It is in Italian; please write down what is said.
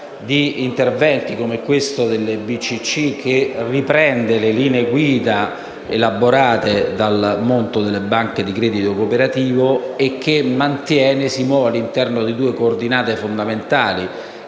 interventi come questo delle BCC che riprende le linee guida elaborate dal mondo delle banche di credito cooperativo e che si muove all'interno delle due coordinate fondamentali: